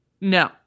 No